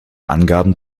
angaben